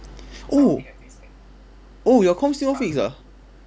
oh oh your comp still not fixed ah